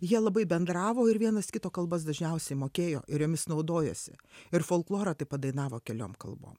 jie labai bendravo ir vienas kito kalbas dažniausiai mokėjo ir jomis naudojosi ir folklorą taip pat dainavo keliom kalbom